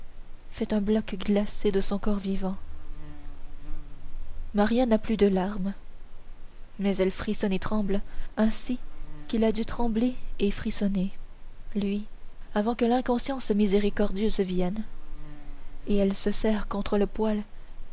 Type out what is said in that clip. fait un bloc glacé de son corps vivant maria n'a plus de larmes mais elle frissonne et tremble ainsi qu'il a dû trembler et frissonner lui avant que l'inconscience miséricordieuse vienne et elle se serre contre le poêle